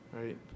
right